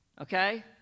Okay